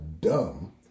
Dumb